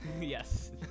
Yes